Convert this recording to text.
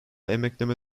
emekleme